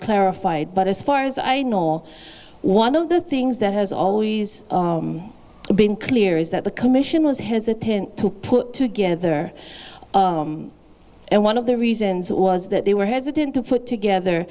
clarified but as far as i know one of the things that has always been clear is that the commission was hesitant to put together and one of the reasons was that they were hesitant to put together